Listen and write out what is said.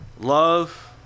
love